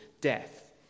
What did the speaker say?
death